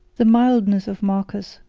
the mildness of marcus,